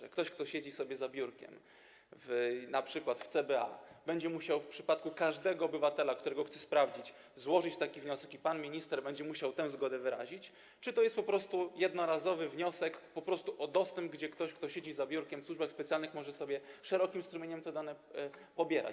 Czy ktoś, kto sobie siedzi na biurkiem, np. w CBA, będzie musiał w przypadku każdego obywatela, którego chce sprawdzić, złożyć taki wniosek i pan minister będzie musiał tę zgodę wyrazić, czy to jest po prostu jednorazowy wniosek o dostęp, tak że ktoś, kto siedzi za biurkiem w służbach specjalnych, może sobie szerokim strumieniem te dane pobierać?